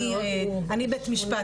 אני מבית המשפט,